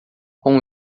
com